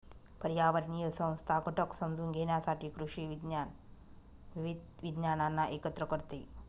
पर्यावरणीय संस्था घटक समजून घेण्यासाठी कृषी विज्ञान विविध विज्ञानांना एकत्र करते